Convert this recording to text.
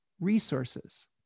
resources